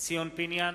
ציון פיניאן,